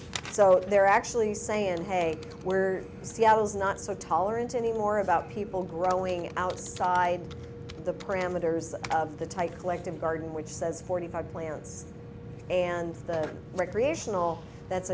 so they're actually saying hey we're seattle's not so tolerant anymore about people growing outside the parameters of the type collective garden which says forty five plants and recreational that's